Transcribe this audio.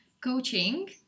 coaching